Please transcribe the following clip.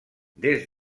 des